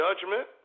judgment